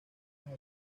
las